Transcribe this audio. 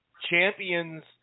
champions